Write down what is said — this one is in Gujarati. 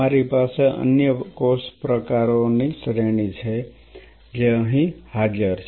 તમારી પાસે અન્ય કોષ પ્રકારોની શ્રેણી છે જે અહીં હાજર છે